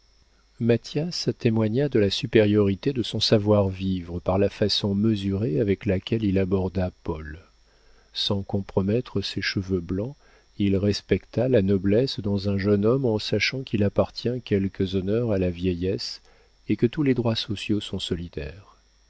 mathias témoigna de la supériorité de son savoir-vivre par la façon mesurée avec laquelle il aborda paul sans compromettre ses cheveux blancs il respecta la noblesse dans un jeune homme en sachant qu'il appartient quelques honneurs à la vieillesse et que tous les droits sociaux sont solidaires